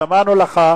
שמענו לך,